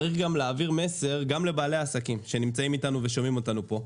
צריך להעביר מסר גם לבעלי עסקים שנמצאים איתנו ושומעים אותנו פה.